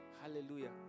Hallelujah